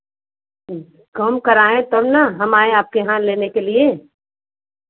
कम कराएँ तब न हम आए आपके यहाँ लेने के लिए